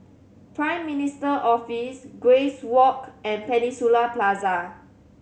Prime Minister Office Grace Walk and Peninsula Plaza